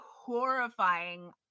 horrifying